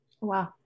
Wow